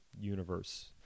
universe